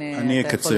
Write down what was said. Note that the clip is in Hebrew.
אני אקצר,